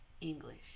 English